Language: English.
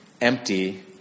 empty